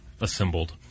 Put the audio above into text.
assembled